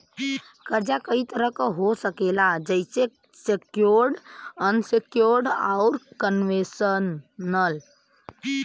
कर्जा कई तरह क हो सकेला जइसे सेक्योर्ड, अनसेक्योर्ड, आउर कन्वेशनल